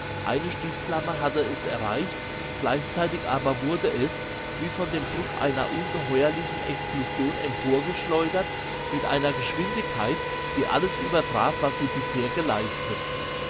eine stichflamme hatte es erreicht gleichzeitig aber wurde es wie von dem druck einer ungeheuerlichen explosion emporgeschleudert mit einer geschwindigkeit die alles übertraf was sie bisher geleistet